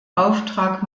auftrag